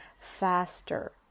faster